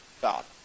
God